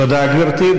תודה, גברתי.